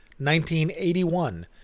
1981